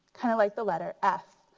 kind of like the letter f.